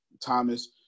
Thomas